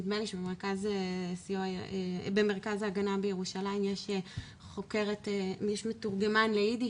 נדמה לי שבמרכז ההגנה בירושלים יש מתורגמן לאידיש,